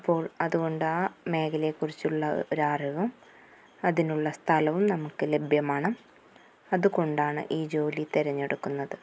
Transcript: അപ്പോൾ അതുകൊണ്ട് ആ മേഖലയെക്കുറിച്ചുള്ള ഒരറിവും അതിനുള്ള സ്ഥലവും നമുക്ക് ലഭ്യമാണ് അതുകൊണ്ടാണ് ഈ ജോലി തിരഞ്ഞെടുക്കുന്നത്